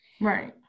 right